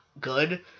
good